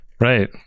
Right